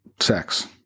Sex